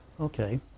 Okay